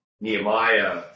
Nehemiah